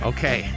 Okay